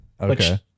okay